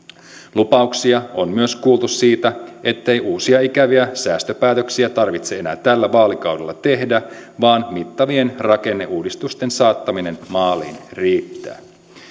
lupauksia on myös kuultu siitä ettei uusia ikäviä säästöpäätöksiä tarvitse enää tällä vaalikaudella tehdä vaan että mittavien rakenneuudistusten saattaminen maaliin riittää